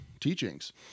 teachings